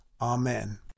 Amen